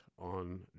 on